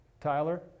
Tyler